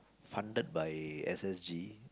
funded by S_S_G